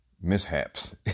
mishaps